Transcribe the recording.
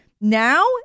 now